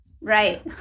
Right